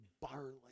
barley